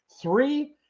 Three